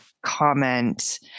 comment